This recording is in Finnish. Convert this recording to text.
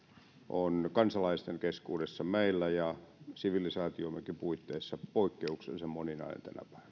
on kansalaisten keskuudessa meillä ja sivilisaatiommekin puitteissa poikkeuksellisen moninainen